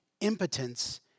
impotence